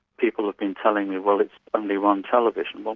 people have been telling me, well, it's only one television. well,